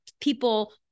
people